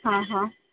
हा हा